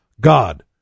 God